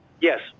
Yes